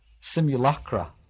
simulacra